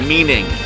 Meaning